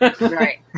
right